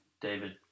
David